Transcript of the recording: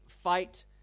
fight